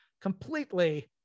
completely